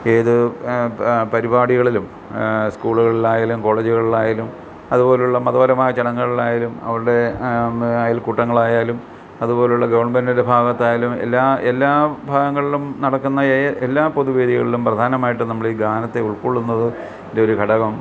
ഏത് പരിപാടികളിലും സ്കൂളുകളിലായാലും കോളേജുകളിലായാലും അതുപോലുള്ള മതപരമായ ചടങ്ങുകളിലായാലും അവരുടെ അയൽക്കൂട്ടങ്ങളായാലും അതുപോലുള്ള ഗവണ്മെൻറ്റിൻ്റെ ഭാഗത്തായാലും എല്ലാ എല്ലാ ഭാഗങ്ങളിലും നടക്കുന്ന എല്ലാ പൊതുവേദികളിലും പ്രധാനമായിട്ടും നമ്മളീ ഗാനത്തെ ഉൾക്കൊള്ളുന്നത് ൻ്റെ ഒരു ഘടകം